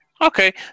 Okay